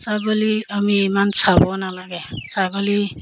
ছাগলী আমি ইমান চাব নালাগে ছাগলী